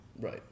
right